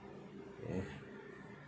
mm